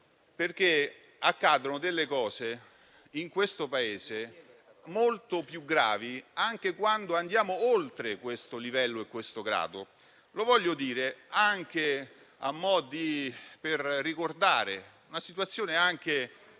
perché accadono delle cose in questo Paese molto più gravi, anche quando andiamo oltre questo livello e questo grado. Lo voglio dire anche per ricordare una situazione anche